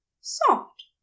Soft